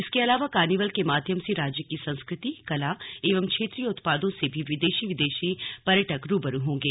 इसके अलावा कार्निवल के माध्यम से राज्य की संस्कृति कला एवं क्षेत्रीय उत्पादों से भी देशी विदेशी पर्यटक रूबरू होंगे